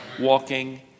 walking